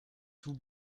tout